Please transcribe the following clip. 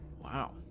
wow